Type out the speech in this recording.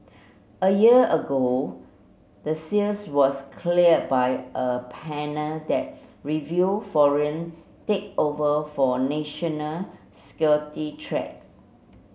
a year ago the sales was clear by a panel that review foreign takeover for national security threats